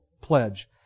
pledge